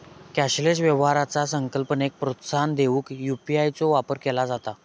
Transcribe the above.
cashless व्यवहाराचा संकल्पनेक प्रोत्साहन देऊक यू.पी.आय चो वापर केला जाता